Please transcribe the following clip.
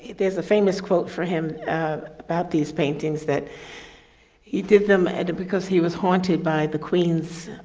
there's a famous quote for him about these paintings that he did them and because he was haunted by the queen's.